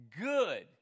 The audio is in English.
Good